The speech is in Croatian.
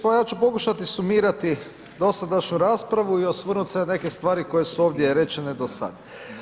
Pa ja ću pokušati sumirati dosadašnju raspravu i osvrnuti se na neke stvari koje su ovdje rečene do sada.